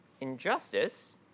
Injustice